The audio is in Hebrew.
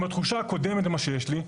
עם התחושה הקודמת שיש לי?